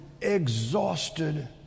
exhausted